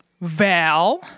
Val